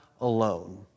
alone